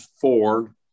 four